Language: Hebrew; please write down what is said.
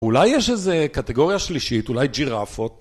אולי יש איזה קטגוריה שלישית, אולי ג'ירפות.